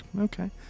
okay